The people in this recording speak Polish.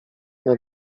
nad